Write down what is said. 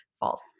False